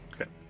Okay